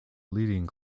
leading